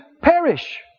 perish